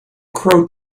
crow